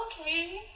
okay